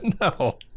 No